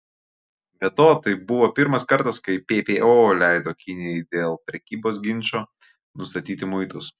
be to tai buvo pirmas kartas kai ppo leido kinijai dėl prekybos ginčo nustatyti muitus